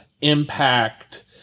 impact